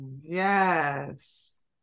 Yes